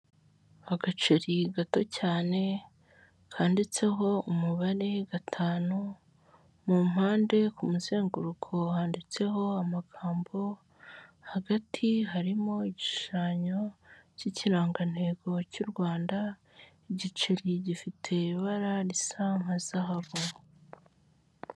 Agaceri gato cyane kanditseho umubare gatanu mu mpande ku muzenguruko handitseho amagambo, hagati harimo igishushanyo cy'ikirangantego cy'u Rwanda, igiceri gifite ibara risa nka zahabu.